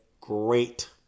great